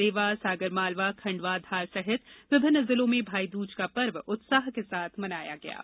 देवास आगरमालवा खंडवा धार सहित विभिन्न जिलों में भाई दूज का पर्व उत्साह के साथ मनाया जा रहा है